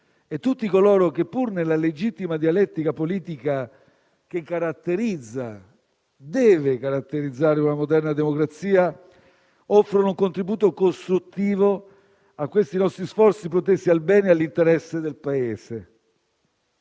e tutti coloro che, pur nella legittima dialettica politica che caratterizza e deve caratterizzare una moderna democrazia, offrono un contributo costruttivo ai nostri sforzi protesi al bene e all'interesse del Paese.